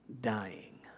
dying